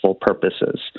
purposes